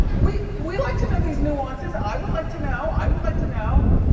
we we like to know these nuances. i would like to know, i would like to know.